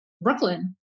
Brooklyn